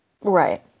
Right